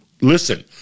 listen